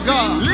God